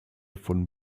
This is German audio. von